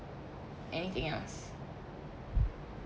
anything else